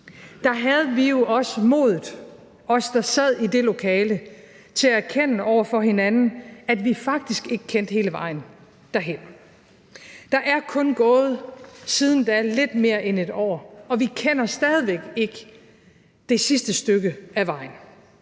havde vi, der sad i det lokale, jo også modet til at erkende over for hinanden, at vi faktisk ikke kendte hele vejen derhen. Der er så siden da kun gået lidt mere end et år, og vi kender stadig væk ikke det sidste stykke af vejen.